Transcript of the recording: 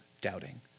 doubting